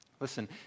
Listen